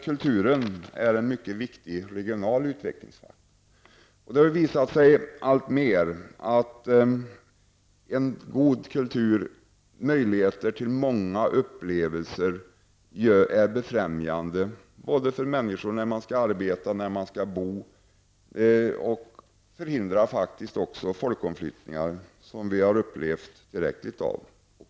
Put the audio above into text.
Kulturen är mycket viktig för den regionala utvecklingen. Det visar sig alltmer att en god kultur som ger möjligheter till många upplevelser har betydelse både för arbete och för bosättningen, och den förhindrar faktiskt också folkomflyttningar, någonting som vi har upplevt tillräckligt av.